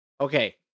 okay